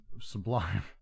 sublime